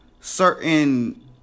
certain